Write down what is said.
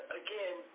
again